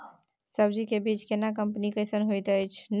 सब्जी के बीज केना कंपनी कैसन होयत अछि?